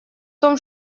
том